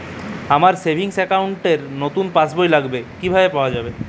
আমার savings account র নতুন পাসবই লাগবে কিভাবে পাওয়া যাবে?